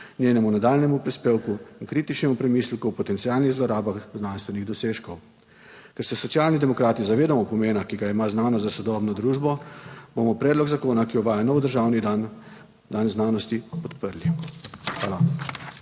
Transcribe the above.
njenemu nadaljnjemu prispevku, kritičnemu premisleku o potencialnih zlorabah znanstvenih dosežkov. Ker se Socialni demokrati zavedamo pomena, ki ga ima znanost za sodobno družbo, bomo predlog zakona, ki uvaja nov državni dan znanosti podprli. Hvala.